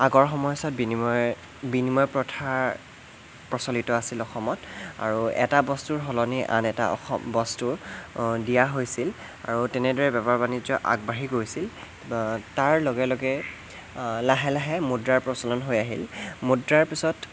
আগৰ সময়ছোৱাত বিনিময় বিনিময় প্ৰথাৰ প্ৰচলিত আছিল অসমত আৰু এটা বস্তুৰ সলনি আন এটা বস্তু দিয়া হৈছিল আৰু তেনেদৰে বেপাৰ বাণিজ্য আগবাঢ়ি গৈছিল তাৰ লগে লগে লাহে লাহে মুদ্ৰাৰ প্ৰচলন হৈ আহিল মুদ্ৰাৰ পিছত